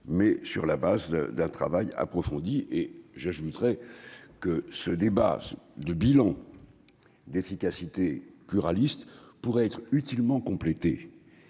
mais sur la base d'un travail approfondi. J'ajoute que ce débat de bilan d'efficacité pluraliste pourrait être utilement complété